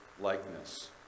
likeness